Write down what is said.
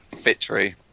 Victory